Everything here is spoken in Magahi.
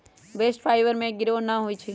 बास्ट फाइबर में गिरह न होई छै